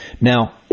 now